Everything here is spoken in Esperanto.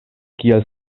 kiel